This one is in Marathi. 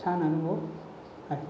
छान अनुभव आहे